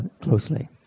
closely